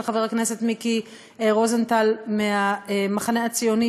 חבר הכנסת מיקי רוזנטל מהמחנה הציוני,